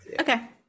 Okay